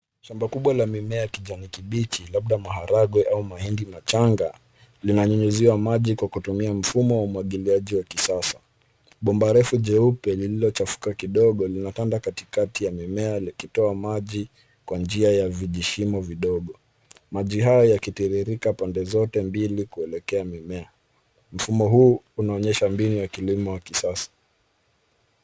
Shamba kubwa la mimea kijani kibichi labda maharagwe au mahindi machanga linanyunyiziwa maji kwa kutumia mfumo wa umwagiliaji wa kisasa, Bomba refu jeupe lililochafuka kidogo linapanda katikati ya mimea likitoa maji kwa njia ya vijishimo vidogo. Maji hayo yakitiririka pande zote mbili kuelekea mimea ,mfumo huu unaonyesha mbinu ya kilimo wa kisasa.